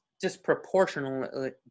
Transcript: disproportionately